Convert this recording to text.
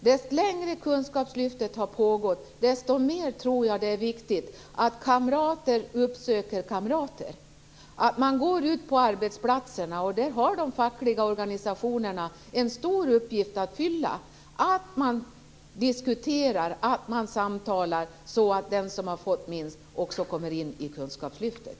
Ju längre kunskapslyftet har pågått, desto mer viktigt tror jag att det är att kamrater uppsöker kamrater, att man går ut på arbetsplatserna - där har de fackliga organisationerna en stor uppgift att fylla - och diskuterar och samtalar så att den som har fått minst utbildning kommer in i kunskapslyftet.